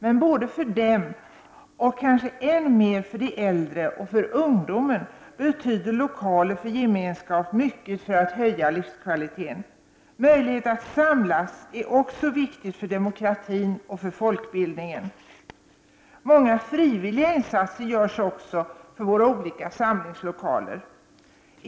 Men för dessa och kanske även mer för de äldre och för ungdomen betyder lokaler för gemenskap mycket när det gäller att höja livskvaliteten. Att ha möjlighet att samlas är också viktigt för demokratin och för folkbildningen. Många frivilliga insatser görs också för våra olika samlingslokaler.